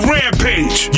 Rampage